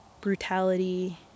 brutality